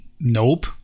Nope